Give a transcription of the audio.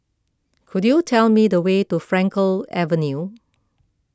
could you tell me the way to Frankel Avenue